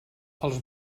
els